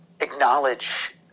acknowledge